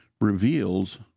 reveals